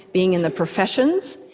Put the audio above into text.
being in the professions.